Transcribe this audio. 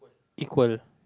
equal